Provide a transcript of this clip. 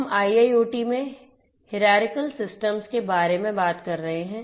हम IIoT में hierarchical systems के बारे में बात कर रहे हैं